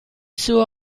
suo